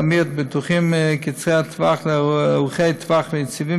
להמיר את הביטוחים קצרי הטווח לביטוחים ארוכי טווח ויציבים,